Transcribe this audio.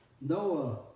Noah